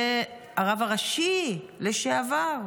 זה הרב הראשי לשעבר,